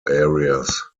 areas